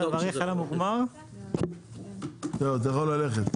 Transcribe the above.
הישיבה ננעלה בשעה 15:06.